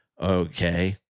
okay